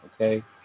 Okay